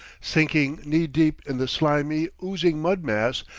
sinking knee-deep in the slimy, oozing mud-mass,